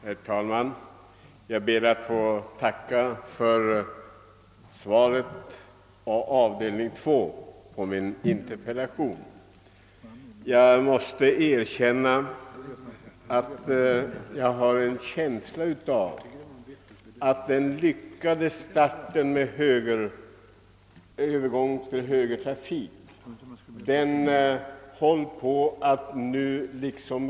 Herr talman! Jag ber att få tacka kommunikationsministern för svaret på avdelning 2 av min interpellation. Jag måste erkänna att jag har en känsla av att den lyckade starten med övergång till högertrafik nu håller på att förstöras.